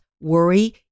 worry